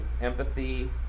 empathy